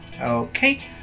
okay